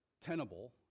tenable